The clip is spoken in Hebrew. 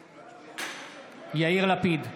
נגד יאיר לפיד,